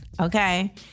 Okay